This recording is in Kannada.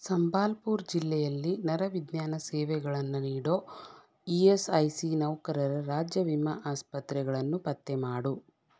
ಸಂಬಾಲ್ಪುರ್ ಜಿಲ್ಲೆಯಲ್ಲಿ ನರವಿಜ್ಞಾನ ಸೇವೆಗಳನ್ನು ನೀಡೋ ಇ ಎಸ್ ಐ ಸಿ ನೌಕರರ ರಾಜ್ಯ ವಿಮಾ ಆಸ್ಪತ್ರೆಗಳನ್ನು ಪತ್ತೆ ಮಾಡು